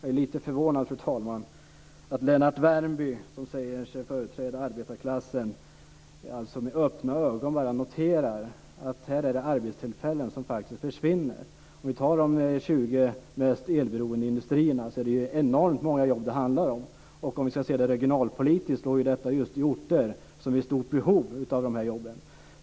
Jag är lite förvånad att Lennart Värmby, som säger sig företräda arbetarklassen med öppna ögon bara noterar att här är det arbetstillfällen som bara försvinner. När det gäller de 20 mest elberoende industrierna handlar det om enormt många jobb, och - om man ska se det hela regionalpolitiskt - detta just i orter som är i stort behov av dessa jobb.